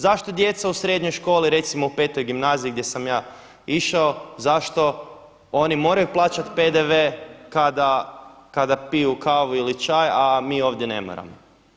Zašto djeca u srednjoj školi recimo u V. gimnaziji gdje sam ja išao zašto oni moraju plaćati PDV kada piju kavu ili čaj a mi ovdje nemamo?